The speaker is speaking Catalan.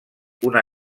una